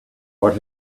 what